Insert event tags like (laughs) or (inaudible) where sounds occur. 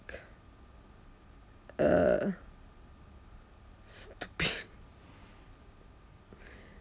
(noise) uh stupid (laughs)